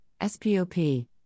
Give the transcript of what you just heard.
SPOP